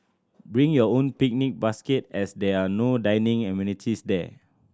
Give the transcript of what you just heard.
bring your own picnic basket as there are no dining amenities there